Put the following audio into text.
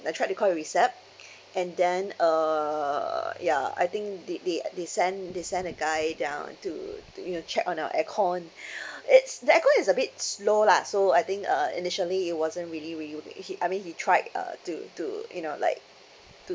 I tried to call the recept~ and then uh ya I think they they uh they sent they sent a guy down to to you know check on our aircon it's the aircon is a bit slow lah so I think uh initially it wasn't really really wo~ uh he I mean he tried uh to to you know like